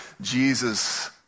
Jesus